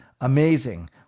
amazing